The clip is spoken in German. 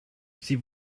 sie